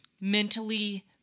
mentally